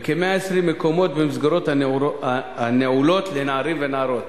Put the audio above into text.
וכ-120 מקומות במסגרות הנעולות לנערים ולנערות.